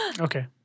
Okay